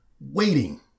waiting